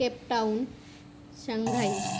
Cape Town Shanghai